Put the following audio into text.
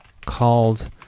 called